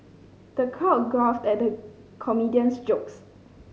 the crowd guffawed at the comedian's jokes